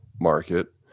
market